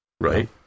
Right